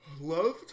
loved